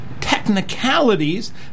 technicalities